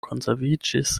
konserviĝis